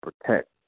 protect